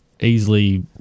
easily